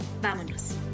Vámonos